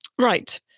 Right